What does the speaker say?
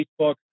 facebook